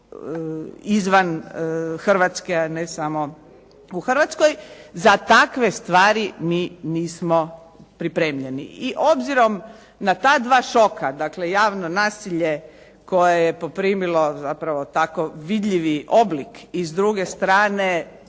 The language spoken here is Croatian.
izvan Hrvatske, a ne samo u Hrvatskoj. Za takve stvari mi nismo pripremljeni. I obzirom na ta dva šoka dakle javno nasilje koje je poprimilo zapravo tako vidljivi oblik i s druge strane